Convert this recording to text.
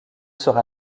sera